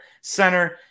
center